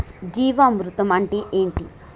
జీవామృతం అంటే ఏంటి?